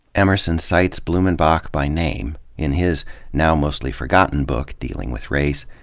emerson cites blumenbach by name in his now-mostly-forgotten book dealing with race,